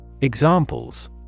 Examples